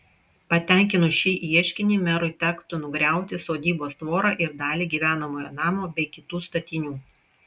patenkinus šį ieškinį merui tektų nugriauti sodybos tvorą ir dalį gyvenamojo namo bei kitų statinių